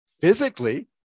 Physically